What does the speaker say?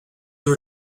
were